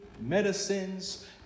medicines